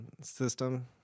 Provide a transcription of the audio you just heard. system